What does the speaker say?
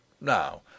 Now